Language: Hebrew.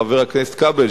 חבר הכנסת כבל,